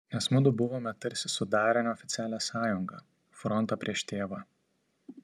nes mudu buvome tarsi sudarę neoficialią sąjungą frontą prieš tėvą